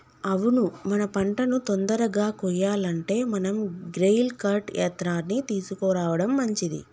అవును మన పంటను తొందరగా కొయ్యాలంటే మనం గ్రెయిల్ కర్ట్ యంత్రాన్ని తీసుకురావడం మంచిది